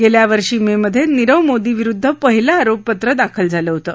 गच्खा वर्षी ममुखिजीरव मोदीविरुद्ध पहिलं आरोपपत्र दाखल झालं होतं